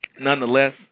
Nonetheless